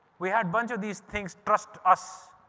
we had bunch of these things, trust us.